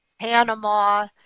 Panama